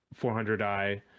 400i